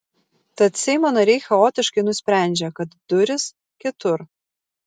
tad seimo nariai chaotiškai nusprendžia kad durys kitur